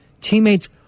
Teammates